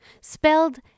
spelled